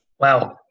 Wow